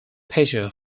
pitcher